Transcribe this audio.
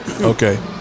Okay